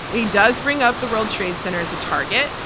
and he does bring up the world trade center as a target.